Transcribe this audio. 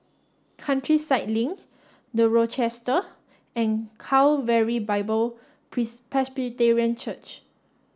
Countryside Link The Rochester and Calvary Bible Presbyterian Church